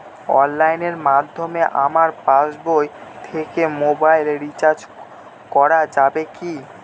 অনলাইনের মাধ্যমে আমার পাসবই থেকে মোবাইল রিচার্জ করা যাবে কি?